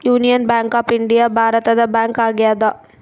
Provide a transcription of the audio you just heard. union Bank of India ಭಾರತದ bank ಆಗ್ಯಾದ